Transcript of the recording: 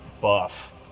buff